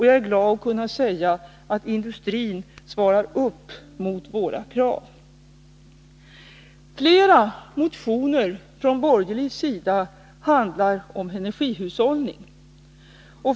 Jag är glad över att kunna säga att industrin motsvarar våra krav. Herr talman! Flera motioner från borgerlig sida handlar om energihushållning.